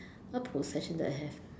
what possession that I have